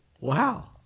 wow